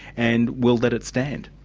and we'll let it stand.